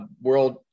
world